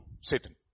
Satan